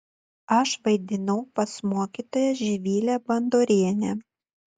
aš vaidinau pas mokytoją živilę bandorienę